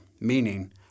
meaning